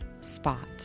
spot